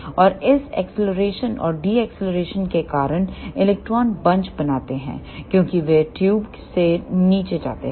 और इस एक्सीलरेशन और डी एक्सीलरेशन के कारण इलेक्ट्रॉन्स बंच बनाते हैं क्योंकि वे ट्यूब से नीचे जाते हैं